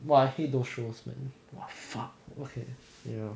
!wah! I hate those shows man !wah! fuck ya